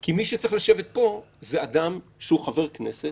כי מי שצריך לשבת פה זה אדם שהוא חבר כנסת